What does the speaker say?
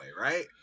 right